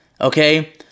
okay